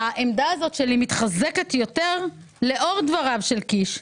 העמדה הזאת שלי מתחזקת יותר לאור דבריו של קיש כאן,